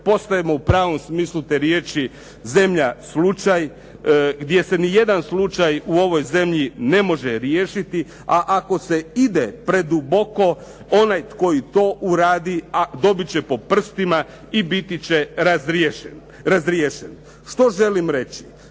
Postajemo u pravom smislu te riječi zemlja slučaj gdje se ni jedan slučaj u ovoj zemlji ne može riješiti, a ako se ide preduboko, onaj koji to uradi, ah dobit će po prstima i biti će razriješen. Što želim reći?